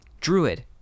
Druid